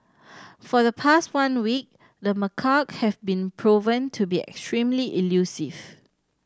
for the past one week the macaque have been proven to be extremely elusive